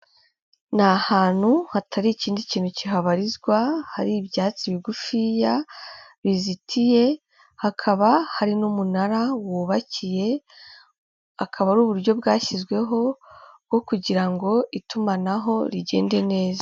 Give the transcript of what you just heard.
Ni ahantu hatari ikindi kintu kihabarizwa, hari ibyatsi bigufiya bizitiye, hakaba hari n'umunara wubakiye, akaba ari uburyo bwashyizweho bwo kugira ngo itumanaho rigende neza.